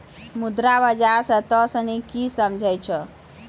मुद्रा बाजार से तोंय सनि की समझै छौं?